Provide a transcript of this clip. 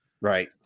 Right